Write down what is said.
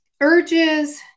urges